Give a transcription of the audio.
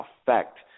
effect